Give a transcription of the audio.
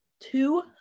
two